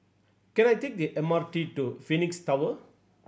can I take the M R T to Phoenix Tower